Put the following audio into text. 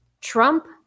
Trump